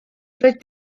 roedd